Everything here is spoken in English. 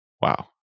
wow